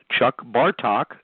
ChuckBartok